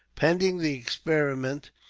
pending the experiment,